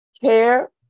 care